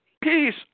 peace